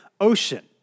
Ocean